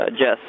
Jess